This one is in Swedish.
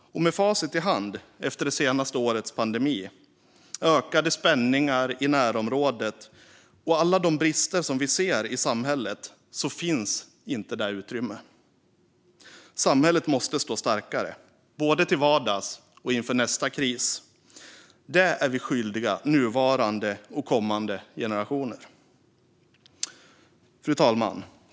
Med facit i hand efter det senaste årets pandemi, ökade spänningar i närområdet och alla de brister som vi ser i samhället finns inte det utrymmet. Samhället måste stå starkare, både till vardags och inför nästa kris. Det är vi skyldiga nuvarande och kommande generationer. Fru talman!